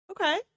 Okay